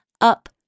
up